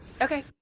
Okay